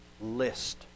list